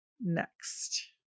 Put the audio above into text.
next